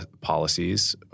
policies